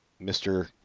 Mr